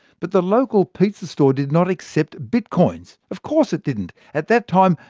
but the local pizza store did not accept bitcoins. of course it didn't at that time,